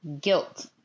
guilt